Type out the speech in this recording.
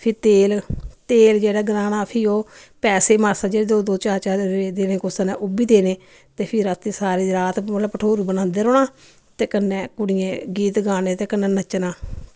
फ्ही तेल तेल जेह्ड़ा ग्राह्ना फ्ही ओह् पैसे मास्सा जेह्ड़े दो दो चार चार रपे देने कुसे नै ओह् बी देने ते फ्ही राती सारी रात भठोरू बनांदे रौह्ना ते कन्नै कुड़ियें गीत गाने ते कन्नै नच्चना